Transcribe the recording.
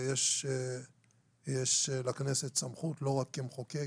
ויש לכנסת סמכות לא רק כמחוקק,